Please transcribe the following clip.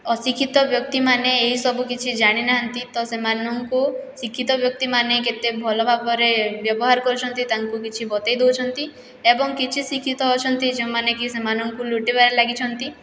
ଅଶିକ୍ଷିତ ବ୍ୟକ୍ତିମାନେ ଏଇସବୁ କିଛି ଜାଣିନାହାଁନ୍ତି ତ ସେମାନଙ୍କୁ ଶିକ୍ଷିତ ବ୍ୟକ୍ତିମାନେ କେତେ ଭଲଭାବରେ ବ୍ୟବହାର କରୁଛନ୍ତି ତାଙ୍କୁ କିଛି ବତାଇ ଦଉଛନ୍ତି ଏବଂ କିଛି ଶିକ୍ଷିତ ଅଛନ୍ତି ଯେଉଁମାନେ କି ସେମାନଙ୍କୁ ଲୁଟିବାରେ ଲାଗିଛନ୍ତି